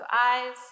eyes